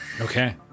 Okay